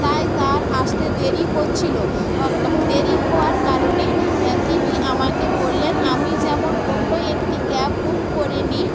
তাই তার আসতে দেরি হচ্ছিল ক্ দেরি হওয়ার কারণে তিনি আমাকে বললেন আমি যেমন অন্য একটি ক্যাব বুক করে নিই